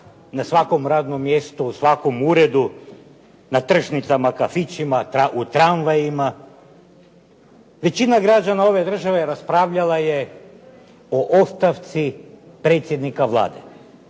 na svakom radnom mjestu, u svakom uredu, na tržnicama, kafićima, u tramvajima. Većina građana ove države raspravljala je o ostavci predsjednika Vlade.